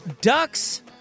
Ducks